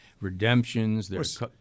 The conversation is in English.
redemptions